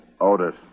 Otis